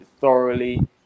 thoroughly